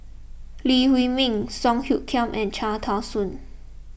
Lee Huei Min Song Hoot Kiam and Cham Tao Soon